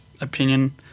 opinion